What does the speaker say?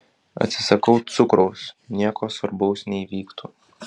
atsisakau cukraus nieko svarbaus neįvyktų